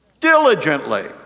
diligently